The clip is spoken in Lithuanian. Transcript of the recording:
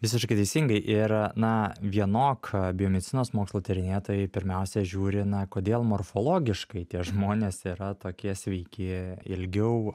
visiškai teisingai ir na vienok biomedicinos mokslų tyrinėtojai pirmiausia žiūri na kodėl morfologiškai tie žmonės yra tokie sveiki ilgiau